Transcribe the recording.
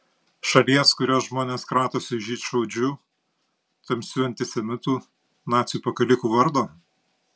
šalies kurios žmonės kratosi žydšaudžių tamsių antisemitų nacių pakalikų vardo